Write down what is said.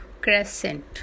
crescent